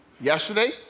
yesterday